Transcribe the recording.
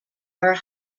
are